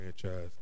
franchise